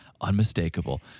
unmistakable